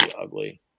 ugly